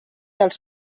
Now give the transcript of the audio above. dels